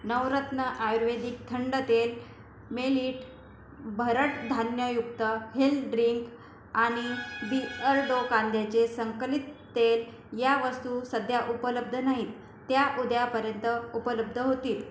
नवरत्न आयुर्वेदिक थंड तेल मेलिट भरड धान्ययुक्त हिल ड्रिंक आणि बीएलडो कांद्याचे संकलित तेल या वस्तू सध्या उपलब्ध नाहीत त्या उद्यापर्यंत उपलब्ध होतील